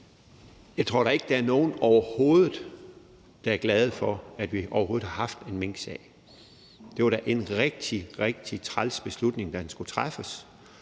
Jeg tror da ikke, der er nogen overhovedet, der er glade for, at vi i det hele taget har haft en minksag. Det var da en rigtig, rigtig træls beslutning, da den skulle træffes,